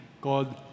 called